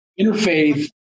interfaith